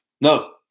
no